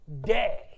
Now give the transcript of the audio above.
day